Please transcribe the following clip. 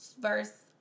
verse